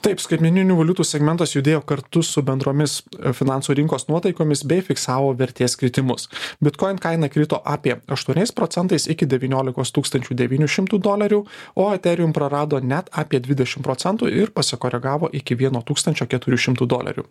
taip skaitmeninių valiutų segmentas judėjo kartu su bendromis finansų rinkos nuotaikomis bei fiksavo vertės kritimus bitcoin kaina krito apie aštuoniais procentais iki devyniolikos tūkstančių devynių šimtų dolerių o etherium prarado net apie dvidešim procentų ir pasikoregavo iki vieno tūkstančio keturių šimtų dolerių